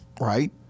right